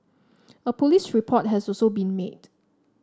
a police report has also been made